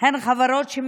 הן חברות שהן